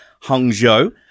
Hangzhou